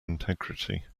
integrity